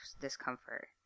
discomfort